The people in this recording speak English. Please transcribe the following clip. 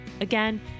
Again